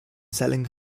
selling